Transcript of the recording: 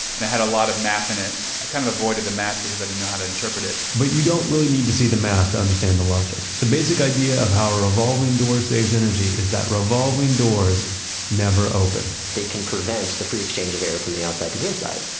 and it had a lot of math in it, i kind of avoided the math because i didn't know how to interpret it but you don't really need to see the math to understand the logic. the basic idea of how a revolving door saves energy is that revolving doors never open they can prevent the free exchange of air from the outside to the inside.